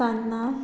सान्नां